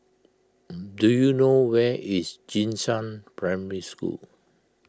do you know where is Jing Shan Primary School